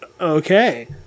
Okay